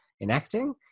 enacting